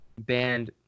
banned